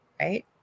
right